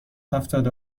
هفتاد